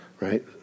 Right